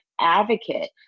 advocate